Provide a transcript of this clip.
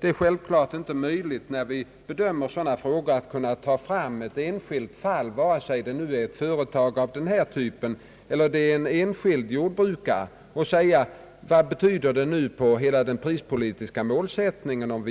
Vid bedömningen av sådana här frågor är det självklart inte möjligt att ta fram ett enskilt fall, vare sig det gäller ett företag av den typ som här är aktuell eller en enskild jordbrukare, och fråga: Vad kommer ett bifall att betyda för hela den prispolitiska målsättningen?